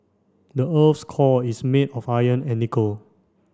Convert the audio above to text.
the earth core is made of iron and nickel